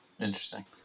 Interesting